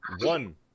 one